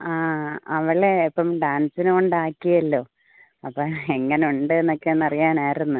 ആ ആ അവളെ ഇപ്പം ഡാൻസിന് കൊണ്ടാക്കിയല്ലോ അപ്പോൾ എങ്ങനെ ഉണ്ടെന്ന് ഒക്കെ ഒന്ന് അറിയാനായിരുന്നു